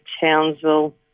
Townsville